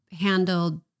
handled